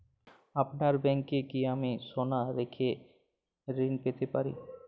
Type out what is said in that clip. আপনার ব্যাংকে কি আমি সোনা রেখে ঋণ পেতে পারি?